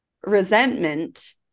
resentment